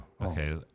Okay